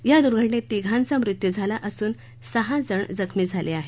या दुर्घटनेत तिघांचा मृत्यू झाला असून सहा जण जखमी झाले आहेत